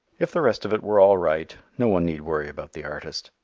if the rest of it were all right, no one need worry about the artist.